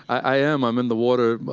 i am. i'm in the water a